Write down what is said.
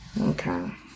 Okay